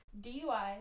DUI